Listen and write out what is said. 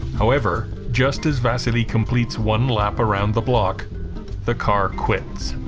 however just as vasily completes one lap around the block the car quits